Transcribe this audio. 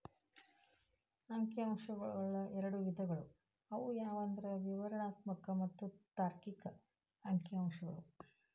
ಅಂಕಿ ಅಂಶಗಳೊಳಗ ಎರಡ್ ವಿಧಗಳು ಅವು ಯಾವಂದ್ರ ವಿವರಣಾತ್ಮಕ ಮತ್ತ ತಾರ್ಕಿಕ ಅಂಕಿಅಂಶಗಳು